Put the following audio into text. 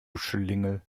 schlingel